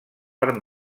per